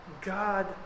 god